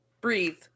breathe